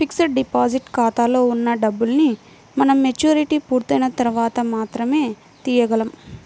fixed deposit ఖాతాలో ఉన్న డబ్బుల్ని మనం మెచ్యూరిటీ పూర్తయిన తర్వాత మాత్రమే తీయగలం